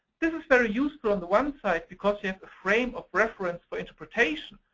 this is very useful on the one side, because you have the frame of reference for interpretation.